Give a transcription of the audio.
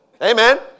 Amen